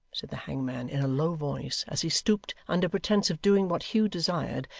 said the hangman, in a low voice, as he stooped under pretence of doing what hugh desired,